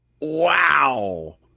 Wow